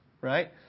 Right